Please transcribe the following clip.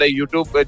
YouTube